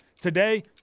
Today